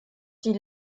die